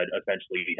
essentially